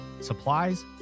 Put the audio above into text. supplies